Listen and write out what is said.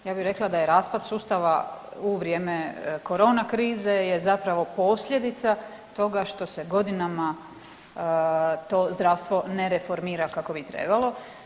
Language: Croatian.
Ja bi rekla da je raspad sustava u vrijeme Corona krize je zapravo posljedica toga što se godinama to zdravstvo ne reformira kako bi trebalo.